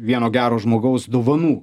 vieno gero žmogaus dovanų